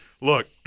look